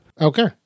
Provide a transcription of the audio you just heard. Okay